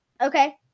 okay